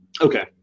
Okay